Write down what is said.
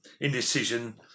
indecision